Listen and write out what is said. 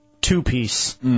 two-piece